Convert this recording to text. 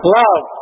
love